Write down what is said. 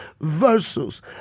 versus